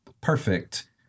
perfect